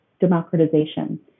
democratization